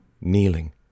kneeling